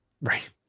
Right